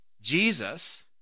Jesus